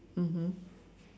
mmhmm